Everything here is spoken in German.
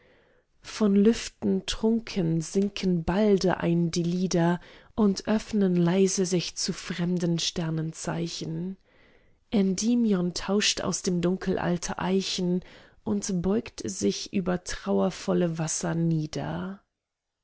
von lüften trunken sinken balde ein die lider und öffnen leise sich zu fremden sternenzeichen endymion taucht aus dem dunkel alter eichen und beugt sich über trauervolle wasser nieder